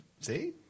See